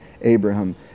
Abraham